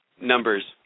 numbers